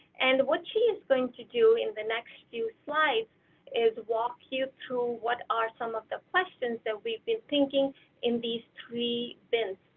and what she is going to do in the next few slides is walk you through what are some of the questions that we've been thinking in these three bins.